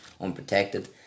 unprotected